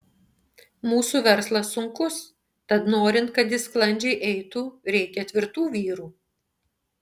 mūsų verslas sunkus tad norint kad jis sklandžiai eitų reikia tvirtų vyrų